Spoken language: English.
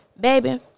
baby